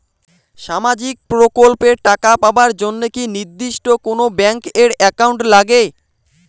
সামাজিক প্রকল্পের টাকা পাবার জন্যে কি নির্দিষ্ট কোনো ব্যাংক এর একাউন্ট লাগে?